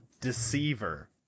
Deceiver